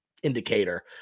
indicator